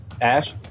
Ash